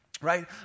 right